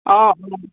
অঁ অঁ